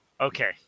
Okay